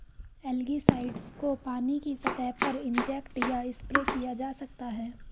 algicides को पानी की सतह पर इंजेक्ट या स्प्रे किया जा सकता है